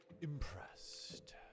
impressed